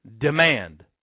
demand